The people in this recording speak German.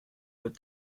wird